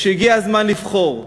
שהגיע הזמן לבחור,